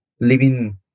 living